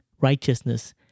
righteousness